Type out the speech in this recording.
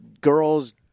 girls